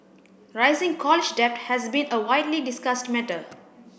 rising college debt has been a widely discussed matter